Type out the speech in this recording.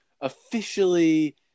officially